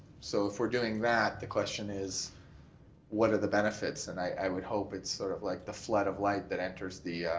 so if we're doing that the question is what are the benefits and i would hope it's sort of like the flood of light that enters the